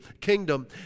kingdom